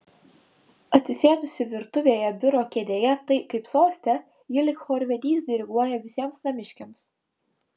atsisėdusi virtuvėje biuro kėdėje kaip soste ji lyg chorvedys diriguoja visiems namiškiams